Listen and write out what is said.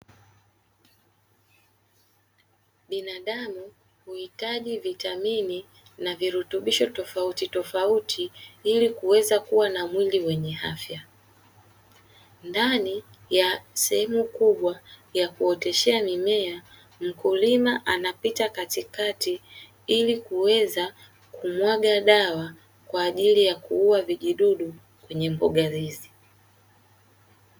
Binadamu huhitaji vitamini na virutubisho tofautitofauti ili kuweza kuwa na mwili wenye afya. Ndani ya sehemu kubwa ya kuoteshea mimea mkulima anapita katikati ili kuweze kumwaga dawa kwa ajili ya kuua vijidudu kwenye mboga hizi.